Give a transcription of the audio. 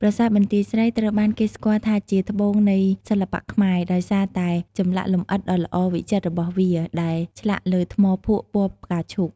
ប្រាសាទបន្ទាយស្រីត្រូវបានគេស្គាល់ថាជា "ត្បូងនៃសិល្បៈខ្មែរ" ដោយសារតែចម្លាក់លម្អិតដ៏ល្អវិចិត្ររបស់វា ដែលឆ្លាក់លើថ្មភក់ពណ៌ផ្កាឈូក។